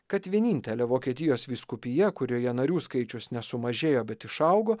kad vienintelė vokietijos vyskupija kurioje narių skaičius ne sumažėjo bet išaugo